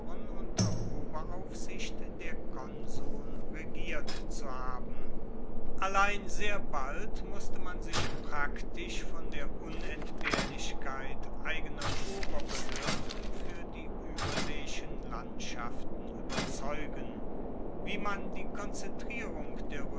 unter oberaufsicht der konsuln regiert zu haben allein sehr bald wusste man sich praktisch von der unentbehrlichkeit eigener oberbehoerden fuer die ueberseeischen landschaften ueberzeugen wie man die konzentrierung der